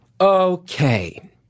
Okay